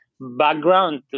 background